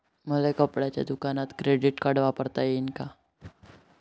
मले कपड्याच्या दुकानात क्रेडिट कार्ड वापरता येईन का?